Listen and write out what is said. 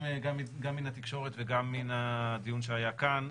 גם מן התקשורת וגם מן הדיון שהיה כאן,